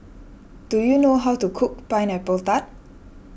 do you know how to cook Pineapple Tart